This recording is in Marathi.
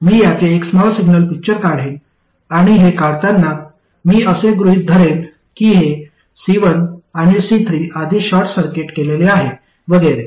मी याचे एक स्मॉल सिग्नल पिक्चर काढेन आणि हे काढताना मी असे गृहित धरेन की हे C1 आणि C3 आधीच शॉर्ट केलेले आहे वगैरे